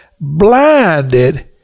blinded